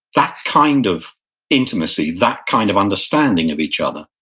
that kind of intimacy, that kind of understanding of each other,